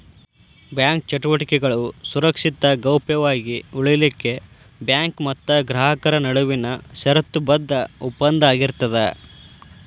bank ಚಟುವಟಿಕೆಗಳು ಸುರಕ್ಷಿತ ಗೌಪ್ಯ ವಾಗಿ ಉಳಿಲಿಖೆಉಳಿಲಿಕ್ಕೆ ಬ್ಯಾಂಕ್ ಮತ್ತ ಗ್ರಾಹಕರ ನಡುವಿನ ಷರತ್ತುಬದ್ಧ ಒಪ್ಪಂದ ಆಗಿರ್ತದ